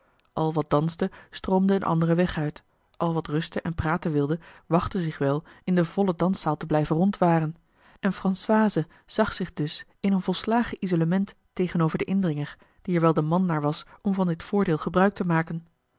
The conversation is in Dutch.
al wat danste stroomde een anderen weg uit al wat rusten en praten wilde wachtte zich wel in de volle danszaal te blijven rondwaren en françoise zag zich dus in een volslagen isolement tegenover den indringer die er wel de man naar was om van dit voordeel gebruik te maken